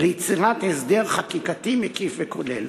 ליצירת הסדר חקיקתי מקיף וכולל.